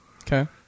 Okay